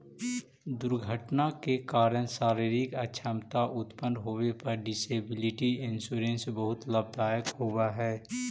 दुर्घटना के कारण शारीरिक अक्षमता उत्पन्न होवे पर डिसेबिलिटी इंश्योरेंस बहुत लाभदायक होवऽ हई